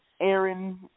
Aaron